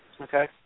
Okay